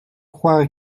croire